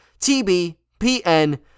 TBPN